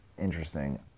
Interesting